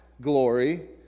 glory